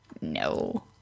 No